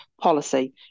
policy